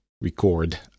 record